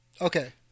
Okay